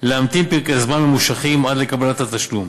להמתין פרקי זמן ממושכים עד לקבלת התשלום.